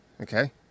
okay